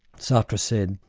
sartre said,